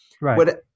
right